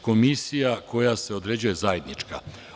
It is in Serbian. Komisija koja se određuje je zajednička.